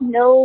no